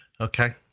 Okay